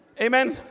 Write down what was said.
Amen